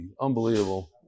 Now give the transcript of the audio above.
Unbelievable